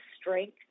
strength